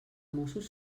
mossos